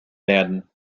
werden